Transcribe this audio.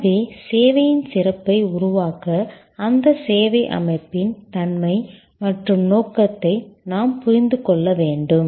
எனவே சேவையின் சிறப்பை உருவாக்க அந்த சேவை அமைப்பின் தன்மை மற்றும் நோக்கத்தை நாம் புரிந்து கொள்ள வேண்டும்